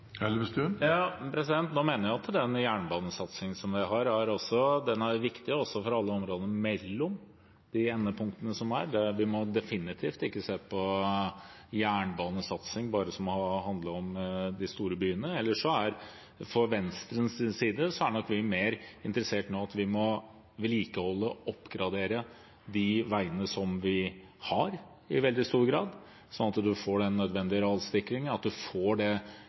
mener at den jernbanesatsingen vi har, også er viktig for alle områdene mellom de endepunktene som er. Vi må definitivt ikke se på jernbanesatsing som bare å handle om de store byene. For Venstres del er vi nok mye mer interessert i at vi i veldig stor grad må vedlikeholde og oppgradere de veiene vi har, sånn at vi får nødvendig rassikring og oppgradering av veiene, sånn at vi har veier med gul midtstripe, for å si det